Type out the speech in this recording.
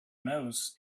mouse